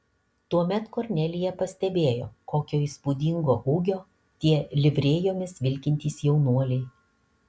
tuomet kornelija pastebėjo kokio įspūdingo ūgio tie livrėjomis vilkintys jaunuoliai